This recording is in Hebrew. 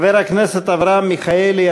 חבר הכנסת אברהם מיכאלי,